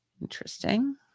Interesting